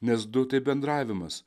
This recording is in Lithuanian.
nes du tai bendravimas